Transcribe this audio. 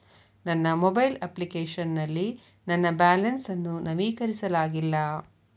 ನನ್ನ mobile application ನಲ್ಲಿ ನನ್ನ ಬ್ಯಾಲೆನ್ಸ್ ಅನ್ನು ನವೀಕರಿಸಲಾಗಿಲ್ಲ